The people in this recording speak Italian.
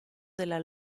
della